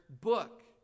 book